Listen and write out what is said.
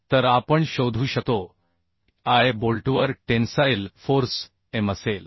तर आपण शोधू शकतो की i बोल्टवर टेन्साइल फोर्स M असेल